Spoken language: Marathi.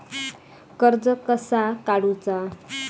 कर्ज कसा काडूचा?